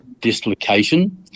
dislocation